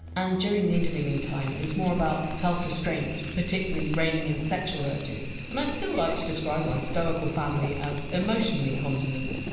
and during the intervening time it was more about self-restraint, particularly reining in sexual urges. and i still like to describe my stoical family as! emotionally continent!